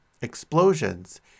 explosions